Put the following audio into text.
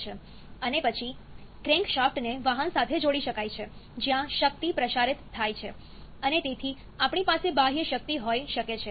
અને પછી ક્રેન્કશાફ્ટને વાહન સાથે જોડી શકાય છે જ્યાં શક્તિ પ્રસારિત થાય છે અને તેથી આપણી પાસે બાહ્ય શક્તિ હોઈ શકે છે